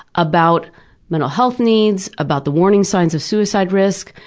about mental health needs, about the warning signs of suicide risk,